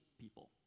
people